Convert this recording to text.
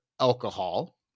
alcohol